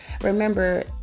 remember